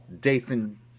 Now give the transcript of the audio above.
Dathan